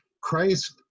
Christ